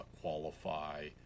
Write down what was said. qualify